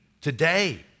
today